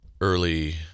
early